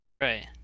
right